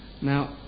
Now